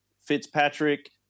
Fitzpatrick